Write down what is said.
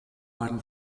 beiden